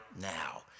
now